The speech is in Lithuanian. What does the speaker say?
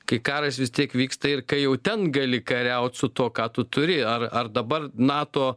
kai karas vis tiek vyksta ir kai jau ten gali kariaut su tuo ką tu turi ar ar dabar nato